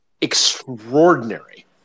extraordinary